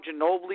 Ginobili